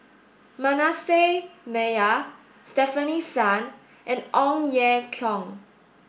Manasseh Meyer Stefanie Sun and Ong Ye Kung